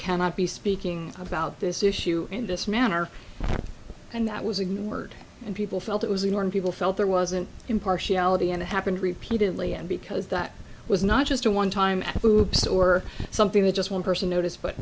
cannot be speaking about this issue in this manner and that was ignored and people felt it was the norm people felt there wasn't impartiality and it happened repeatedly and because that was not just a one time hoops or something that just one person noticed but